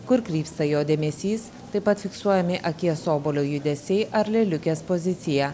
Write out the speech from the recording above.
kur krypsta jo dėmesys taip pat fiksuojami akies obuolio judesiai ar lėliukės pozicija